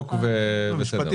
חוק וסדר.